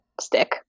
stick